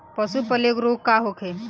पशु प्लग रोग का होखे?